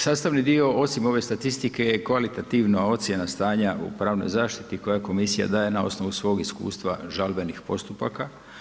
Sastavni dio osim ove statistike je kvalitativna ocjena stanja u pravnoj zaštiti koja komisija daje na osnovu svog iskustva žalbenih postupaka.